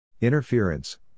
Interference